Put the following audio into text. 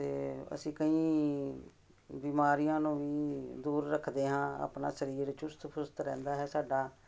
ਅਤੇ ਅਸੀਂ ਕਈ ਬਿਮਾਰੀਆਂ ਨੂੰ ਵੀ ਦੂਰ ਰੱਖਦੇ ਹਾਂ ਆਪਣਾ ਸਰੀਰ ਚੁਸਤ ਫੁਰਤ ਰਹਿੰਦਾ ਹੈ ਸਾਡਾ